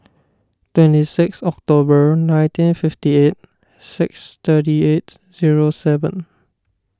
twenty six October nineteen fifty eight six thirty eight zero seven